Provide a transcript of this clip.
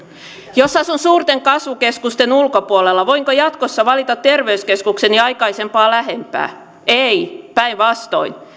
jos asun suurten kasvukeskusten ulkopuolella voinko jatkossa valita terveyskeskuksen ja aikaisempaa lähempää en päinvastoin